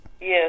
Yes